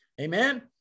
Amen